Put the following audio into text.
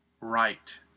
right